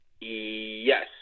Yes